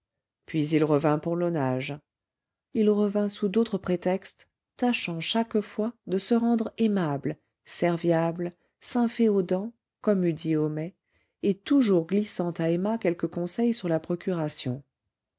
puis il revint pour l'aunage il revint sous d'autres prétextes tâchant chaque fois de se rendre aimable serviable s'inféodant comme eût dit homais et toujours glissant à emma quelques conseils sur la procuration